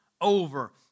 over